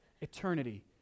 eternity